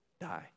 die